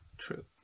True